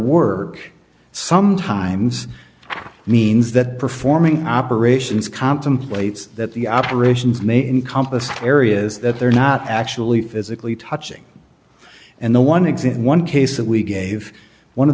work sometimes means that performing operations contemplates that the operations may encompass areas that they're not actually physically touching and the one exam in one case that we gave one of